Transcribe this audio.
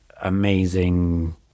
amazing